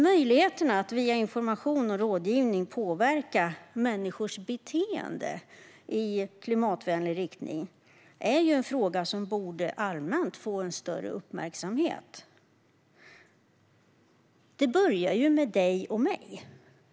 Möjligheterna att via information och rådgivning påverka människors beteende i klimatvänlig riktning är en fråga som allmänt borde få en större uppmärksamhet. Det börjar ju med dig och mig.